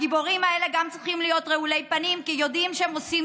הגיבורים האלה צריכים להיות רעולי פנים כי הם יודעים שהם עושים